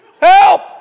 help